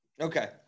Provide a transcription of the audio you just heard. Okay